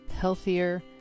healthier